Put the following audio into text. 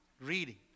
reading